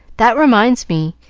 that reminds me!